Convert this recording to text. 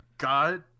God